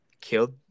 killed